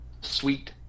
Sweet